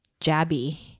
jabby